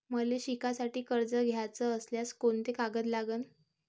मले शिकासाठी कर्ज घ्याचं असल्यास कोंते कागद लागन?